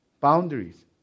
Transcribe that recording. Boundaries